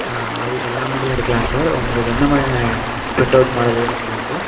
ஆ அது எல்லா மாடலும் எடுக்கலாம் சார் உங்களுக்கு எந்தமாதிரியான ப்ரிண்ட்அவுட் மாடல் வேணும்னு சொல்லுங்கள் சார்